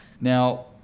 Now